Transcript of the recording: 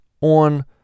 on